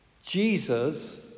jesus